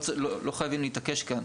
לא חייבים להתעקש כאן.